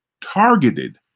targeted